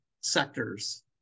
sectors